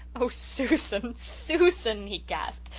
oh, susan, susan, he gasped.